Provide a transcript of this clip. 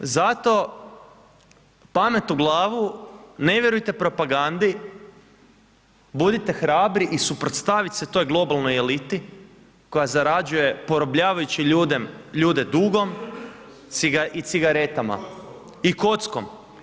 Zato, pamet u glavu, ne vjerujte propagandi, budite hrabri i suprotstavit se toj globalnoj eliti koja zarađuje porobljavajući ljude dugom i cigaretama i kockom.